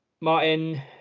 Martin